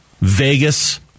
Vegas